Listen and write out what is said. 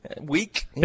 Week